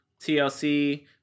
TLC